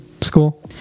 school